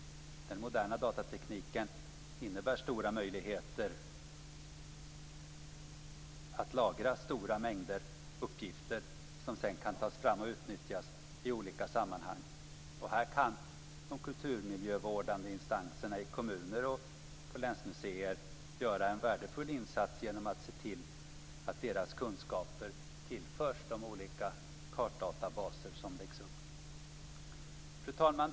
Den moderna datatekniken innebär stora möjligheter att lagra stora mängder uppgifter som sedan kan tas fram och utnyttjas i olika sammanhang. Här kan de kulturmiljövårdande instanserna i kommuner och på länsmuseer göra en värdefull insats genom att se till att deras kunskaper tillförs de olika kartdatabaser som läggs upp. Fru talman!